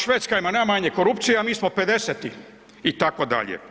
Švedska ima najmanje korupcije, a mi smo 50., itd.